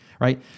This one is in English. right